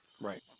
right